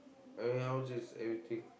I mean how much is everything